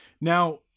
Now